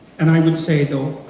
and i would say though,